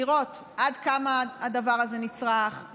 לראות עד כמה הדבר הזה נצרך,